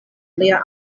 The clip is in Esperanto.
lia